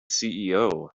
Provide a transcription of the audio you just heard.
ceo